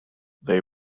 they